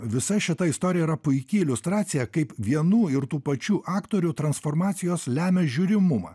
visa šita istorija yra puiki iliustracija kaip vienų ir tų pačių aktorių transformacijos lemia žiūrimumą